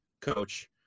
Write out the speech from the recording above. coach